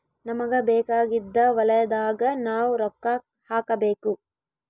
ನಮಗ ಬೇಕಾಗಿದ್ದ ವಲಯದಾಗ ನಾವ್ ರೊಕ್ಕ ಹಾಕಬೇಕು